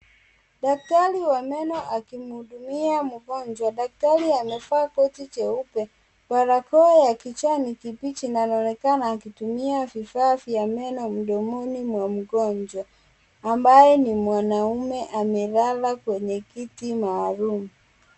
Daktari wa meno akimuhudumia mgonjwa. Daktari amefaa koti jeupe, barakoa ya kijani kibichi na anaonekana akitumia vifaa vya meno mdomoni na mgonjwa. Ambaye ni mwanamume amelala kwenye kiti maalum.